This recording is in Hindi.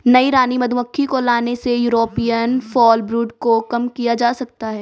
नई रानी मधुमक्खी को लाने से यूरोपियन फॉलब्रूड को कम किया जा सकता है